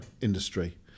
industry